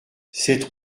cette